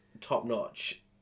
top-notch